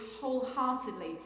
wholeheartedly